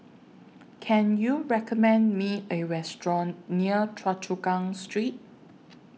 Can YOU recommend Me A Restaurant near Choa Chu Kang Street